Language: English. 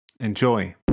Enjoy